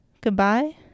goodbye